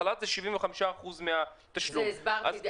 חל"ת זב 75% מהתשלום --- הסברתי,